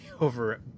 over